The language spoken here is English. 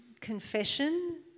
confession